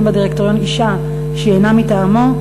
ואין בדירקטוריון אישה שהיא אינה מטעמו,